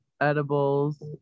edibles